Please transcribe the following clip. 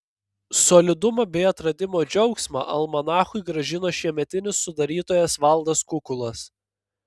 solidumą bei atradimo džiaugsmą almanachui grąžino šiemetinis sudarytojas valdas kukulas